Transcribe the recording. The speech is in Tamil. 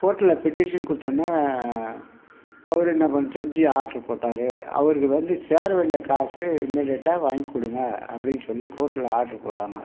கோர்ட்டில் பெட்டிஷன் கொடுத்தவுடனே அவர் என்ன பண்ணிட்டாரு ஜட்ஜ் ஆர்ட்ரு போட்டார் அவருக்கு வந்து சேர வேண்டிய காசு இமிடியேட்டாக வாங்கிக் கொடுங்க அப்படினு சொல்லி கோர்ட்டில் ஆர்டர் போட்டாங்க